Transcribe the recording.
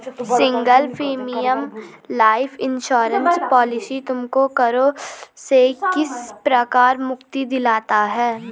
Single premium life insurance policy तुमको करों से किस प्रकार मुक्ति दिलाता है?